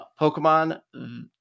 Pokemon